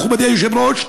מכובדי היושב-ראש,